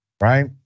right